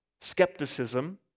skepticism